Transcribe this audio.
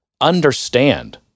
understand